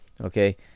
okay